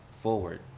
forward